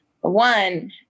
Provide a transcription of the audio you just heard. One